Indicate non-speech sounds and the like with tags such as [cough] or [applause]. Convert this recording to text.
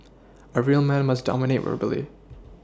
a real man must dominate [noise] verbally